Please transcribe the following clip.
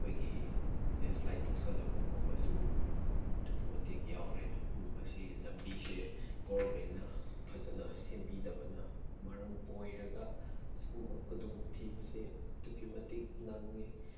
ꯑꯩꯈꯣꯏꯒꯤ ꯂꯦꯟꯁ꯭ꯂꯥꯏꯠ ꯇꯧꯁꯤꯜꯂꯛꯄꯒꯨꯝꯕꯁꯨ ꯑꯗꯨꯛꯀꯤ ꯃꯇꯤꯛ ꯌꯥꯎꯔꯦ ꯃꯁꯤ ꯂꯝꯕꯤꯁꯦ ꯒꯚꯔꯟꯃꯦꯟꯅ ꯐꯖꯅ ꯁꯦꯝꯕꯤꯗꯕꯅ ꯃꯔꯝ ꯑꯣꯏꯔꯒ ꯁꯤꯒꯨꯝꯕ ꯈꯨꯗꯣꯡ ꯊꯤꯕꯁꯦ ꯑꯗꯨꯛꯀꯤ ꯃꯇꯤꯛ ꯅꯪꯉꯤ